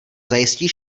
zajistí